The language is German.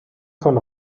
von